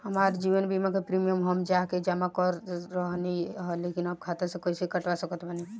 हमार जीवन बीमा के प्रीमीयम हम जा के जमा करत रहनी ह लेकिन अब खाता से कइसे कटवा सकत बानी?